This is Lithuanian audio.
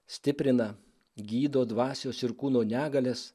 stiprina gydo dvasios ir kūno negalias